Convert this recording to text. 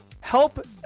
help